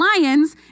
lions